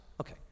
Okay